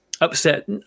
upset